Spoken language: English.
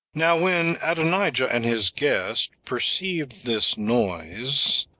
now when adonijah and his guests perceived this noise,